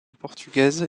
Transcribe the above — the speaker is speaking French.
portugaise